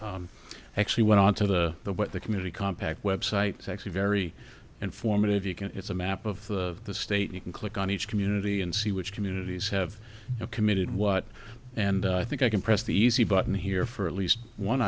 you actually went on to the the what the community compact websites actually very informative you can it's a map of the state you can click on each community and see which communities have committed what and i think i can press the easy button here for at least one